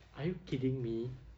are you kidding me